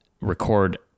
record